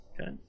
Okay